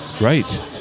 Right